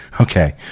Okay